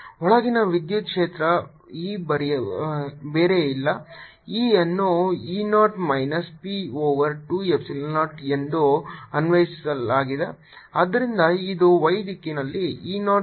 ಒಳಗಿನ ವಿದ್ಯುತ್ ಕ್ಷೇತ್ರ E ಬೇರೆಯಲ್ಲ E ಅನ್ನು E 0 minus p over 2 Epsilon 0 ಎಂದು ಅನ್ವಯಿಸಲಾಗಿದೆ ಆದ್ದರಿಂದ ಇದು y ದಿಕ್ಕಿನಲ್ಲಿ E 0 minus chi e over 2 plus chi e E 0 ಆಗಿರುತ್ತದೆ